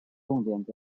重点